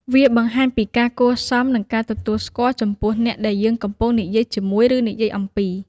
វាបង្ហាញពីការគួរសម និងការទទួលស្គាល់ចំពោះអ្នកដែលយើងកំពុងនិយាយជាមួយ ឬនិយាយអំពី។